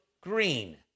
green